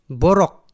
borok